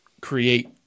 create